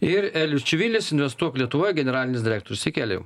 ir elijus čivilis investuok lietuvoje generalinis direktorius sveiki elijau